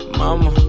mama